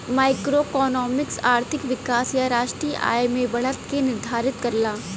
macroeconomics आर्थिक विकास या राष्ट्रीय आय में बढ़त के निर्धारित करला